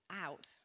out